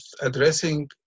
addressing